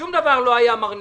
שום דבר לא היה מרנין.